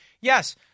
yes –